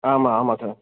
ஆமாம் ஆமாம் சார்